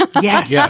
Yes